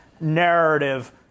narrative